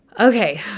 Okay